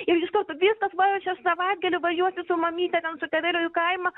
ir iš karto viskas va čia savaitgalį važiuosiu su mamyte ten su tėveliu į kaimą